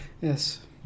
yes